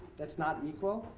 that's not equal,